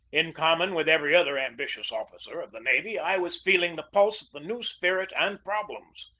in common with every other ambitious officer of the navy, i was feel ing the pulse of the new spirit and problems.